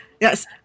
Yes